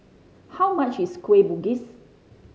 how much is Kueh Bugis